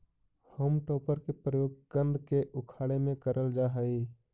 home टॉपर के प्रयोग कन्द के उखाड़े में करल जा हई